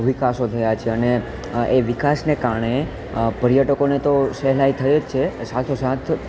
વિકાસો થયા છે અને એ વિકાસને કારણે પર્યટકોને તો સહેલાઈ થઈ જ છે સાથોસાથ